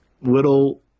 little